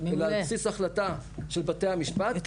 אלא על בסיס החלטה של בתי המשפט.